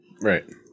Right